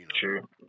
True